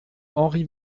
henri